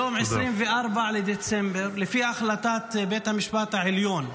היום, 24 בדצמבר, לפי החלטת בית המשפט העליון,